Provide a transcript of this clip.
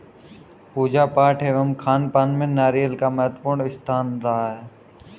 पूजा पाठ एवं खानपान में नारियल का महत्वपूर्ण स्थान रहा है